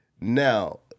Now